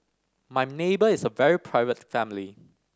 my neighbour is a very private family